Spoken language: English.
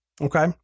Okay